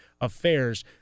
affairs